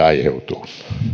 aiheutuu